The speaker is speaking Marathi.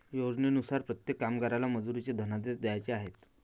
योजनेनुसार प्रत्येक कामगाराला मजुरीचे धनादेश द्यायचे आहेत